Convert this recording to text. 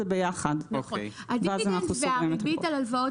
זה ביחד ואז אנחנו סוגרים הכל.